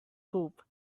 hoop